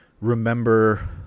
remember